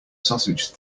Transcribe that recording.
sausage